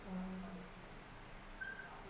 oh